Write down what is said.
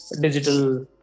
digital